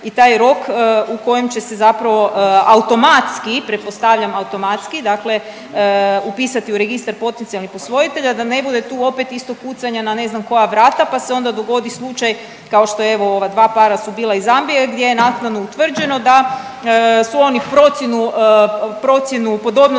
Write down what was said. i taj rok u kojem će se zapravo automatski, pretpostavljam automatski, dakle upisati u registar potencijalnih posvojitelja da ne bude tu opet isto kucanja na ne znam koja vrata, pa se onda dogodi slučaj kao što je evo ova dva para su bila iz Zambije gdje je naknadno utvrđeno da su oni procjenu, procjenu